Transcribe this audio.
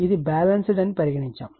ఇది బ్యాలెన్స్డ్ అని పరిగణించాము